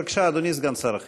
בבקשה, אדוני סגן שר החינוך.